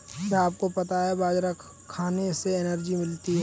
क्या आपको पता है बाजरा खाने से एनर्जी मिलती है?